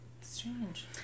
Strange